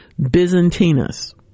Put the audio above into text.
byzantinus